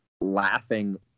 laughing